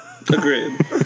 Agreed